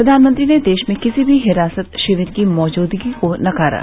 प्रधानमंत्री ने देश में किसी भी हिरासत शिविर की मौजूदगी को नकारा